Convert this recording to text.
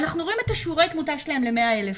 אנחנו רואים את שיעורי התמותה שלהם ל-100,000.